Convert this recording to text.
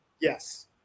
Yes